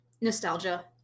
nostalgia